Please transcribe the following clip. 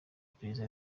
iperereza